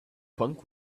punk